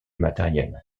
matériel